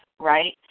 right